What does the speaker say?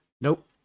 Nope